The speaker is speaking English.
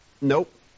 nope